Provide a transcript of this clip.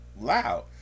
loud